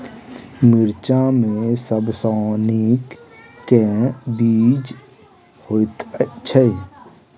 मिर्चा मे सबसँ नीक केँ बीज होइत छै?